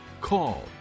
call